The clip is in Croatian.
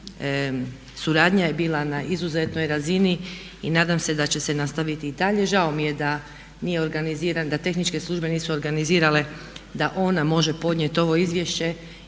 suradnja je bila na izuzetnoj razini i nadam se da će se nastaviti i dalje. Žao mi je da nije organiziran da tehničke službe nisu organizirale da ona može podnijeti ovo izvješće